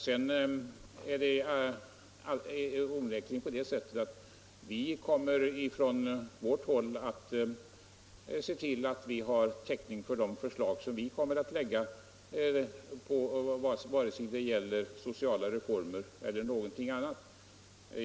Det är onekligen på det sättet att vi från vårt håll kommer att se till att vi har täckning för de förslag vi lägger fram, vare sig de gäller sociala reformer eller någonting annat.